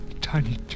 tiny